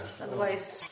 Otherwise